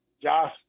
Josh